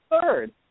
third